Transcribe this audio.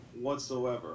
whatsoever